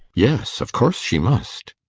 yes, of course she must.